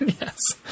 Yes